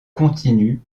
continue